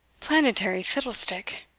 planetary fiddlestick!